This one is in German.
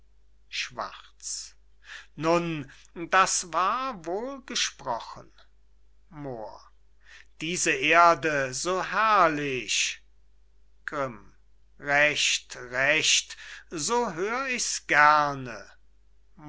schwarz nun das war wohl gesprochen moor diese erde so herrlich grimm recht recht so hör ich's gerne